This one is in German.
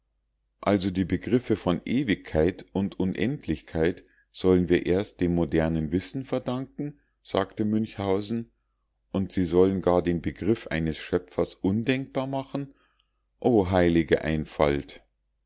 also die begriffe von ewigkeit und unendlichkeit sollen wir erst dem modernen wissen verdanken sagte münchhausen und sie sollen gar den begriff eines schöpfers undenkbar machen o heilige einfalt